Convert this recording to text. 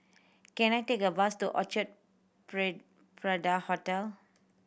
can I take a bus to Orchard prey Parade Hotel